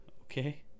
Okay